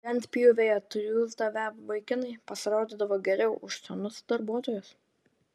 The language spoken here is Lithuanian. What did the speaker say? lentpjūvėje triūsdavę vaikinai pasirodydavo geriau už senus darbuotojus